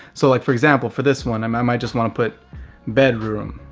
so like for example, for this one, i might just want to put bedroom